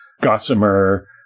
gossamer